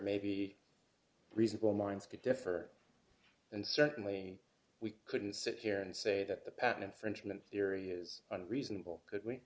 maybe reasonable minds can differ and certainly we couldn't sit here and say that the patent infringement theory is reasonable could we